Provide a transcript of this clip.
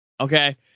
Okay